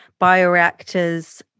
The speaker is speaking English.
bioreactors